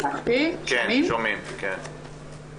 לצערי, גם היום אני עדיין לא יכולה לספר